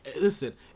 listen